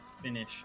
finish